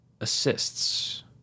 assists